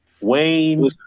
Wayne